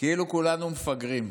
כאילו כולנו מפגרים,